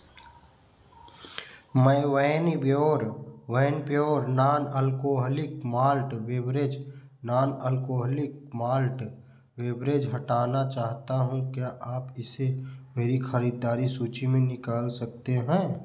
मैं van pure van pure non alcoholic malt beverage non alcoholic malt beverage हटाना चाहता हूँ क्या आप इसे मेरी खरीददारी सूची में निकाल सकते हैं